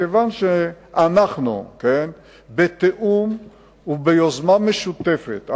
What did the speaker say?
וכיוון שאנחנו בתיאום וביוזמה משותפת,